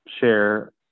share